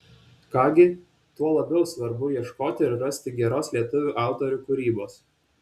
ką gi tuo labiau svarbu ieškoti ir rasti geros lietuvių autorių kūrybos